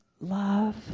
love